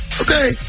Okay